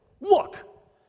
look